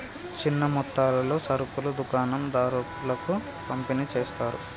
చిన్న మొత్తాలలో సరుకులు దుకాణం దారులకు పంపిణి చేస్తారు